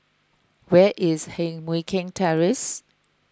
where is Heng Mui Keng Terrace